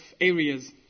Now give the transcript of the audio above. areas